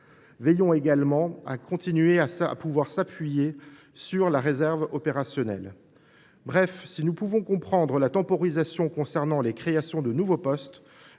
devons pouvoir continuer à nous appuyer sur la réserve opérationnelle. Bref, si nous pouvons comprendre la temporisation concernant la création de nouveaux postes,